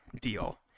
deal